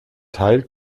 teil